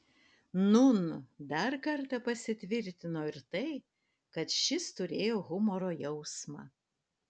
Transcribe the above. nūn dar kartą pasitvirtino ir tai kad šis turėjo humoro jausmą